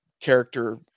character